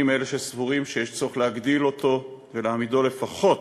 אני מאלה שסבורים שיש צורך להגדיל אותו ולהעמידו לפחות,